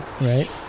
right